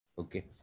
okay